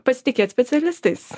pasitikėt specialistais